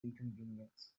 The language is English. inconvenience